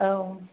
औ